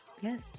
yes